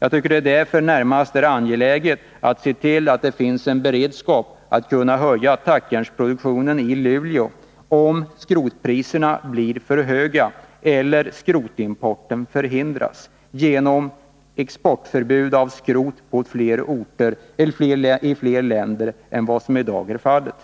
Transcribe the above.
Jag tycker att det därför närmast är angeläget att se till att det finns en beredskap att höja tackjärnsproduktionen i Luleå om skrotpriserna blir för höga eller skrotimporten förhindras genom exportförbud när det gäller skrot i fler länder än vad som i dag är fallet.